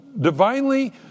divinely